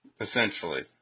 Essentially